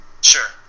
Sure